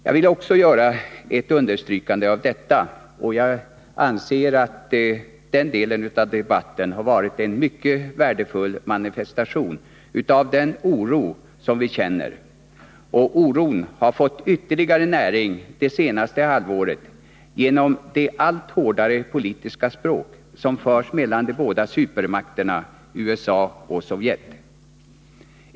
Jag vill också göra ett understrykande av detta, och jag anser att den delen av debatten har varit en mycket värdefull manifestation av den oro som vi känner. Oron har fått ytterligare näring det senaste halvåret genom det allt hårdare politiska språk som förs mellan de båda supermakterna, USA och Sovjet.